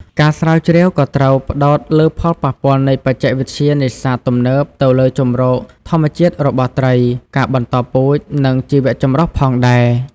ការស្រាវជ្រាវក៏ត្រូវផ្តោតលើផលប៉ះពាល់នៃបច្ចេកវិទ្យានេសាទទំនើបទៅលើជម្រកធម្មជាតិរបស់ត្រី ការបន្តពូជ និងជីវចម្រុះផងដែរ។